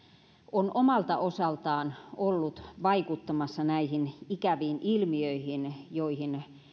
on omalta osaltaan ollut vaikuttamassa näihin ikäviin ilmiöihin